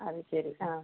അത് ശരി ആ